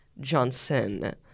johnson